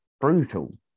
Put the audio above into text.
brutal